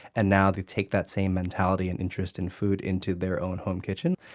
and now they take that same mentality and interest in food into their own home kitchen.